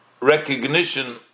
recognition